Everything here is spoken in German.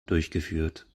durchgeführt